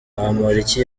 bamporiki